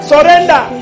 Surrender